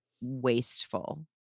wasteful